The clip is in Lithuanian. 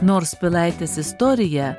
nors pilaitės istorija